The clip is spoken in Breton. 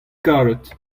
karet